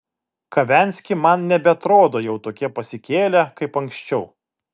kavenski man nebeatrodo jau tokie pasikėlę kaip anksčiau